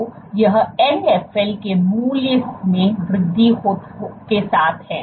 तो यह Nfl के मूल्य में वृद्धि के साथ है